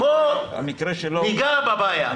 בוא ניגע בבעיה.